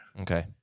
Okay